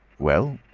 well?